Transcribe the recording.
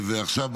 ועכשיו,